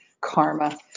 karma